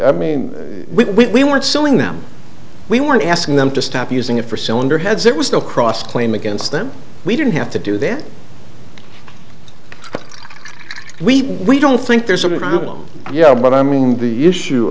i mean we weren't selling them we weren't asking them to stop using it for cylinder heads it was still cross claim against them we didn't have to do that we we don't think there's a problem yeah but i mean the issue